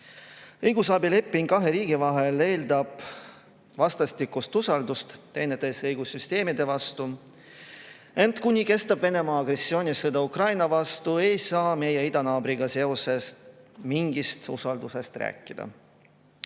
Õigusabileping kahe riigi vahel eeldab vastastikust usaldust teineteise õigussüsteemi vastu, ent kuni kestab Venemaa agressioonisõda Ukraina vastu, ei saa me idanaabriga seoses mingist usaldusest rääkida.